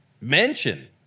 mention